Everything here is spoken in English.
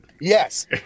Yes